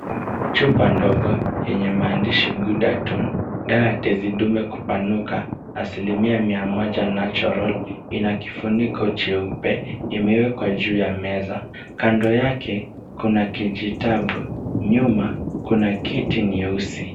Chupa ndogo yenye maandishi Ghudatun dawa ya tezi dume kupanuka asilimia mia moja natural ina kifuniko cheupe. Imewekwa juu ya meza. Kando yake kuna kijitabu. Nyuma kuna kiti nyeusi.